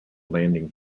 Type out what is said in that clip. landing